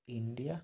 India